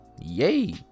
Yay